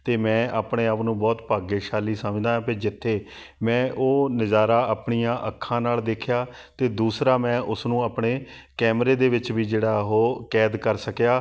ਅਤੇ ਮੈਂ ਆਪਣੇ ਆਪ ਨੂੰ ਬਹੁਤ ਭਾਗਸ਼ਾਲੀ ਸਮਝਦਾ ਪੀ ਜਿੱਥੇ ਮੈਂ ਉਹ ਨਜ਼ਾਰਾ ਆਪਣੀਆਂ ਅੱਖਾਂ ਨਾਲ ਦੇਖਿਆ ਅਤੇ ਦੂਸਰਾ ਮੈਂ ਉਸਨੂੰ ਆਪਣੇ ਕੈਮਰੇ ਦੇ ਵਿੱਚ ਵੀ ਜਿਹੜਾ ਉਹ ਕੈਦ ਕਰ ਸਕਿਆ